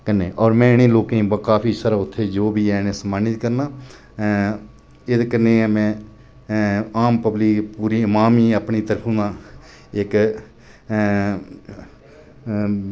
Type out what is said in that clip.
और में इ'नें लोकें गी काफी सारा उत्थै जो बी हैन सम्मानित करना एह्दे कन्नै गै में आम पब्लिक पूरी अवाम गी अपनी तरफूं दा इक